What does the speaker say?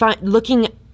looking